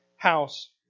House